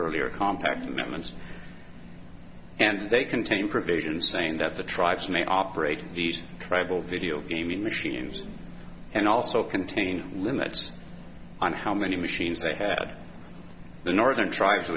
earlier compact amendments and they contain provisions saying that the tribes may operate these tribal video gaming machines and also contain limits on how many machines they had the northern tr